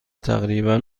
تقریبا